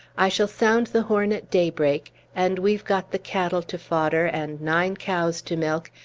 i shall sound the horn at daybreak and we've got the cattle to fodder, and nine cows to milk,